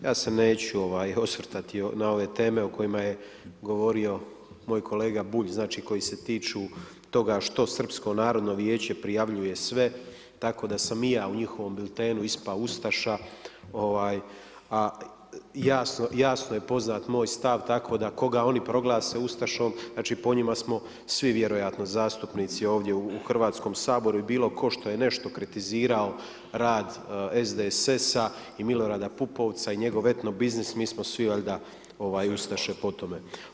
Ja se neću osvrtati na ove teme o kojima je govorio moj kolega Bulj, znači koji se tiču toga što Srpsko narodno vijeće prijavljuje sve, tako da sam i ja u njihovom biltenu ispao ustaša, a jasno je poznat moj stav tako da koga oni proglase ustašom, znači po njima smo svi vjerojatno zastupnici ovdje u Hrvatskom saboru i bilo tko što je nešto kritizirao rad SDSS-a i Milorada Pupovca i njegov etno biznis mi smo svi valjda svi ustaše po tome.